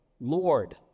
Lord